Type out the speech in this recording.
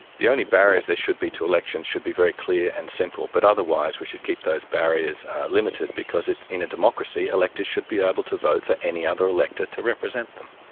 the only barriers there should be to elections should be very clear and simple, but otherwise we should keep those barriers limited because in a democracy electors should be able to vote for any other elector to represent them.